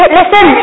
listen